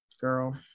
girl